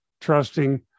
trusting